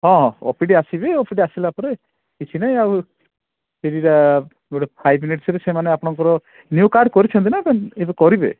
ହଁ ଓପିଡ଼ି ଆସିବେ ଓପିଡ଼ି ଆସିଲାପରେ କିଛି ନାହିଁ ଆଉ ଗୁଟେ ଫାଇଭ୍ ମିନିଟ୍ ସରେ ସେମାନେ ଆପଣଙ୍କର ନିୟୁ କାର୍ଡ଼ କରିଛନ୍ତି ନା ଏବେ କରିବେ